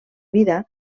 vida